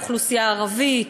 האוכלוסייה הערבית,